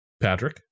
patrick